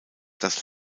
das